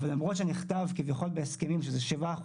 אבל למרות שנכתב כביכול בהסכמים שזה 7%,